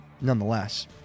nonetheless